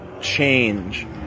change